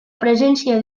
presència